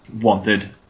wanted